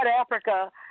Africa